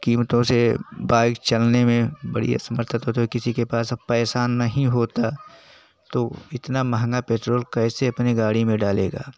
कीमतों से बाइक चलने में बड़ी असमर्थता होती है किसी के पास पैसा नहीं होता तो इतना महँगा पेट्रोल कैसे अपने गाड़ी में डालेगा